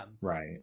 Right